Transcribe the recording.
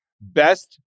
best